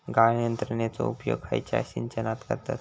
गाळण यंत्रनेचो उपयोग खयच्या सिंचनात करतत?